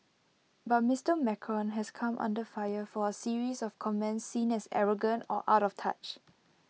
but Mister Macron has come under fire for A series of comments seen as arrogant or out of touch